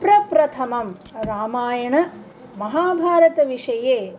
पप्रथमं रामायणमहाभारतविषये